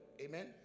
amen